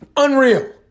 Unreal